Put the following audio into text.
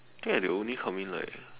I think right they will only come in like